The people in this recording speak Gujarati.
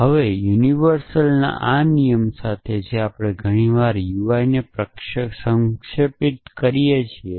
હવે સાર્વત્રિકના આ નિયમ સાથે જે આપણે ઘણીવાર UI ને સંક્ષેપિત કરીએ છીએ